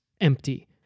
empty